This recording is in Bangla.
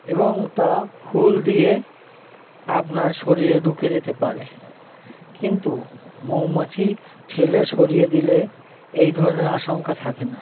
এবং তা হুল দিয়ে আপনার শরীরে ঢুকে যেতে পারে কিন্তু মৌমাছি ঠেলে সরিয়ে দিলে এই ধরনের আশঙ্কা থাকে না